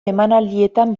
emanaldietan